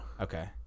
okay